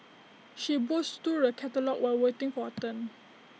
she browsed through the catalogues while waiting for her turn